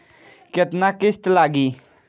केतना किस्त लागी?